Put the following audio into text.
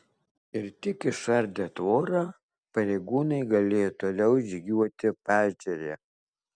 ir tik išardę tvorą pareigūnai galėjo toliau žygiuoti paežere